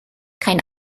kein